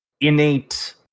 innate